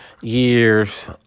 years